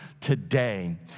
today